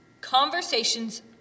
Conversations